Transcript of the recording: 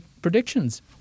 predictions